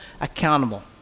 accountable